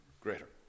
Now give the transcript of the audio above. greater